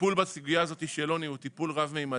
הטיפול בסוגיה הזאת של עוני הוא טיפול רב-ממדי.